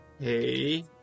Hey